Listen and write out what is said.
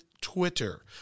Twitter